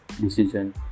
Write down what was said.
decision